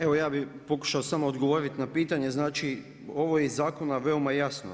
Evo ja bih pokušao samo odgovoriti na pitanje, znači ovo je iz zakona veoma jasno.